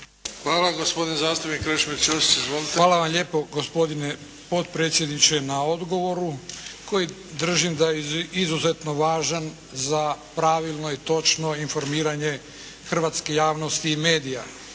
Hvala. Gospodin zastupnik Krešimir Ćosić. Izvolite. **Ćosić, Krešimir (HDZ)** Hvala vam lijepo gospodine potpredsjedniče na odgovoru koji držim da je izuzetno važan za pravilno i točno informiranje hrvatske javnosti i medija.